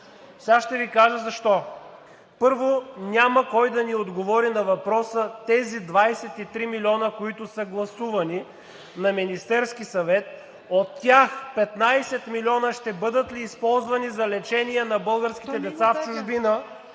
Сега ще Ви кажа защо. Първо, няма кой да ни отговори на въпроса тези 23 милиона, които са гласувани в Министерския съвет, от тях 15 милиона ще бъдат ли използвани за лечение на българските деца в чужбина;